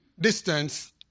distance